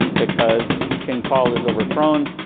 because king paul is overthrown,